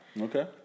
Okay